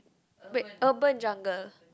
wait urban jungle